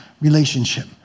relationship